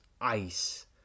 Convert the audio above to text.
ice